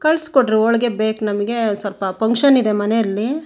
ಕಳಿಸ್ಕೊಡ್ರಿ ಹೋಳ್ಗೆ ಬೇಕು ನಮಗೆ ಸ್ವಲ್ಪ ಪಂಕ್ಷನ್ ಇದೆ ಮನೆಯಲ್ಲಿ